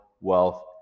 wealth